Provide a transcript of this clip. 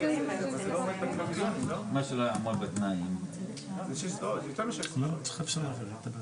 אני אומרת שמשרד הבריאות צריך לחתום על התקנות.